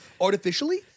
artificially